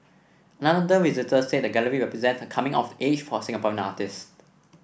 another visitor said the gallery represent a coming of age for Singaporean artist